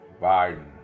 Biden